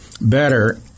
better